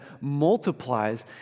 multiplies